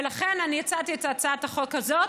ולכן אני הצעתי את הצעת החוק הזאת.